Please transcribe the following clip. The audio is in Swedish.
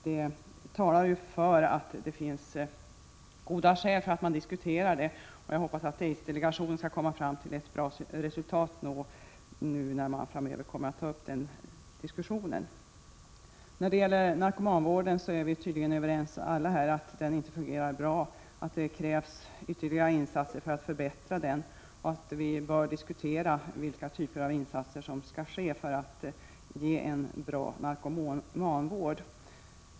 Det talar ju för att det finns goda skäl att diskutera den saken. Jag hoppasaatt aidsdelegationen skall komma fram till ett bra resultat när man framöver tar upp den frågan till diskussion. När det gäller narkomanvården är alla här tydligen överens om att den inte fungerar bra, att det krävs ytterligare insatser för att förbättra den och att vi bör diskutera vilken typ av insatser som skall till för att det skall bli en bra narkomanvård.